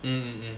mm